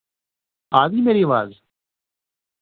आ दी मेरी अवाज